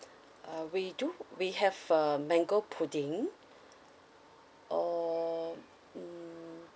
uh we do we have uh mango pudding or mm